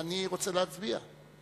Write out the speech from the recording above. ואני רוצה להצביע.